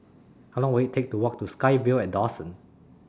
How Long Will IT Take to Walk to SkyVille At Dawson